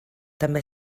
també